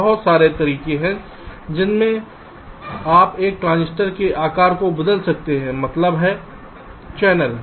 बहुत सारे तरीके हैं जिनसे आप एक ट्रांजिस्टर के आकार को बदल सकते हैं मतलब है चैनल